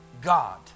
God